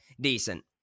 decent